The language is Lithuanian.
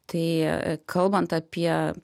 tai kalbant apie